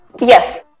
Yes